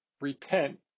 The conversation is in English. repent